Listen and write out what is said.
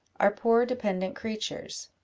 are poor dependent creatures.